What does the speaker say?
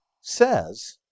says